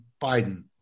Biden